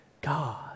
God